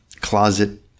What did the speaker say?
closet